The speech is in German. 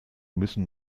müssen